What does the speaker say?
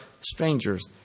strangers